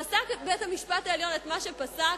פסק בית-המשפט העליון את מה שפסק,